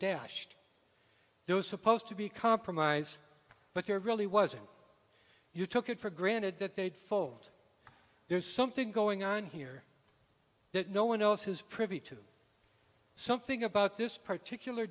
dashed there was supposed to be compromise but there really wasn't you took it for granted that they'd fold there's something going on here that no one else has privy to something about this particular